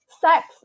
sex